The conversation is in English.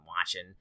watching